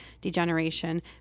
degeneration